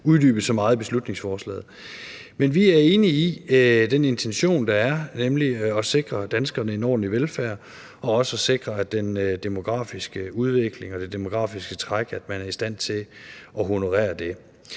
uddybet så meget i beslutningsforslaget. Men vi er enige i den intention, der er, nemlig at sikre danskerne en ordentlig velfærd og også at sikre, at man er i stand til at honorere den